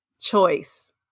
choice